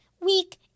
weak